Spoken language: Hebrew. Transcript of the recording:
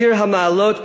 "שיר המעלות,